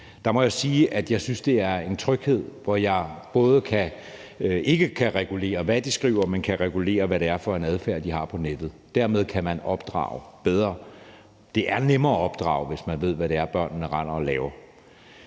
må jeg sige, at jeg synes, det er en tryghed. Jeg kan jo ikke regulere, hvad de skriver, men jeg kan regulere, hvad det er for en adfærd, de har på nettet. Dermed kan man opdrage bedre. Det er nemmere at opdrage, hvis man ved, hvad det er, børnene render og laver.